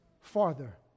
farther